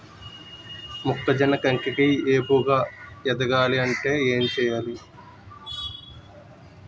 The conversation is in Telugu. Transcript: మొక్కజొన్న కంకి ఏపుగ ఎదగాలి అంటే ఏంటి చేయాలి?